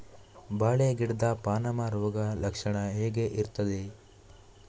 ಬಾಳೆ ಗಿಡದ ಪಾನಮ ರೋಗ ಲಕ್ಷಣ ಹೇಗೆ ಇರ್ತದೆ?